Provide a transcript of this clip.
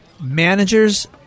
managers